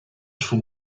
from